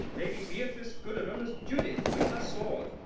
lady beatrice goodrem as judith with her sword